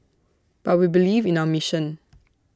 but we believe in our mission